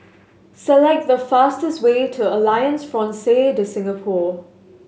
select the fastest way to Alliance Francaise De Singapour